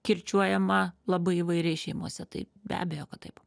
kirčiuojama labai įvairiai šeimose tai be abejo kad taip